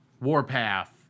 Warpath